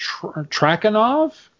Trakanov